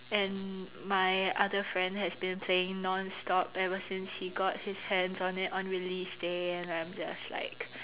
and my other friend has been saying non stop ever since he got his hands on it on release day and I'm just like